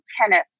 tennis